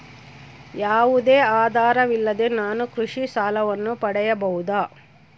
ಯಾವುದೇ ಆಧಾರವಿಲ್ಲದೆ ನಾನು ಕೃಷಿ ಸಾಲವನ್ನು ಪಡೆಯಬಹುದಾ?